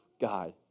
God